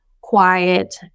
quiet